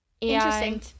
Interesting